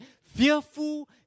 fearful